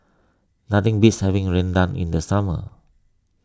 nothing beats having Rendang in the summer